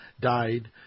died